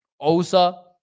Osa